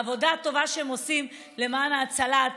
העבודה הטובה שהם עושים למען הצלת